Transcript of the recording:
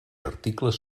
articles